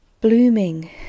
blooming